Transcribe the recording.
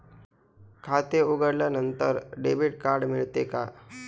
खाते उघडल्यानंतर debit card मिळते का?